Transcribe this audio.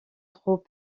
trop